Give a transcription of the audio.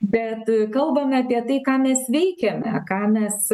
bet kalbame apie tai ką mes veikiame ką mes